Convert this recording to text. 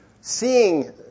seeing